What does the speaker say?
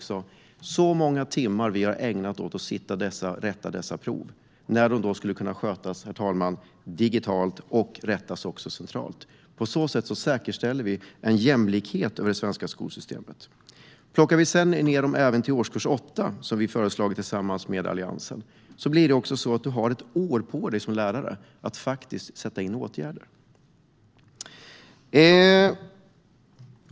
Så många timmar som vi har ägnat åt att rätta dessa prov när det arbetet skulle kunna skötas digitalt och rättas centralt! På så sätt säkerställer man en jämlikhet i det svenska skolsystemet. Om man sedan inför nationella prov även i årskurs 8, som vi har föreslagit tillsammans med Alliansen, har man som lärare ett år på sig att vidta åtgärder.